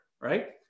right